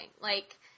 like-